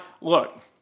look